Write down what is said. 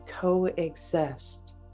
Coexist